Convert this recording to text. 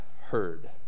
heard